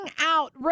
out